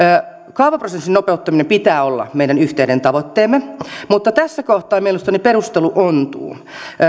kaavaprosessin nopeuttamisen pitää olla meidän yhteinen tavoitteemme mutta mielestäni tässä kohtaa perustelu ontuu